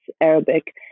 Arabic